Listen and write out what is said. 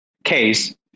case